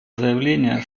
заявления